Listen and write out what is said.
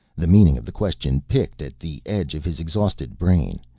the meaning of the question picked at the edge of his exhausted brain,